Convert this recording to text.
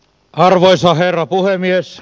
arvoisa herra puhemies